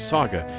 Saga